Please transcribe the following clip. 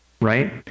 right